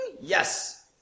Yes